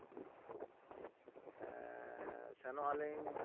ᱥᱮᱱᱚᱜᱼᱟ ᱞᱤᱧ